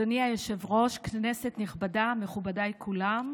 אדוני היושב-ראש, כנסת נכבדה, מכובדיי כולם,